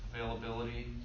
availability